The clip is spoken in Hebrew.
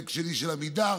פרויקט שני של עמידר.